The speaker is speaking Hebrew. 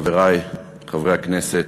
חברי חברי הכנסת,